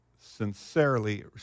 sincerely